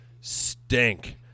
stink